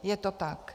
Je to tak.